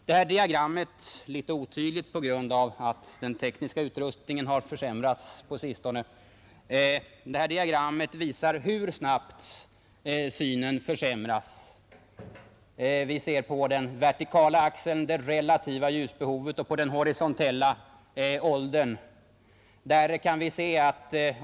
Det diagram som nu återges på TV-skärmen, litet otydligt på grund av att den tekniska utrustningen på sistone har försämrats, visar hur snabbt synen försvagas. Vi ser på den vertikala axeln det relativa ljusbehovet och på den horisontella axeln åldern.